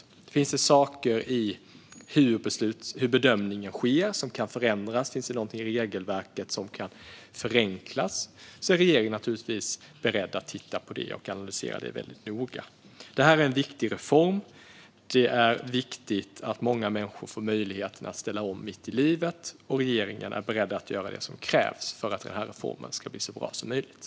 Om det finns saker i hur bedömningen sker som kan förändras eller om det finns något i regelverket som kan förenklas är regeringen naturligtvis beredd att titta på och noga analysera det. Detta är en viktig reform. Det är viktigt att många människor får möjlighet att ställa om mitt i livet. Regeringen är beredd att göra det som krävs för att reformen ska bli så bra som möjligt.